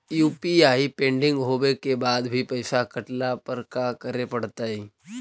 UPI pending होवे के बाद भी पैसा कटला पर का करे पड़तई?